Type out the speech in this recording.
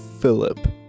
Philip